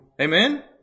Amen